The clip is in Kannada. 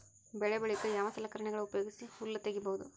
ಬೆಳಿ ಬಳಿಕ ಯಾವ ಸಲಕರಣೆಗಳ ಉಪಯೋಗಿಸಿ ಹುಲ್ಲ ತಗಿಬಹುದು?